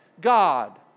God